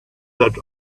that